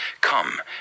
Come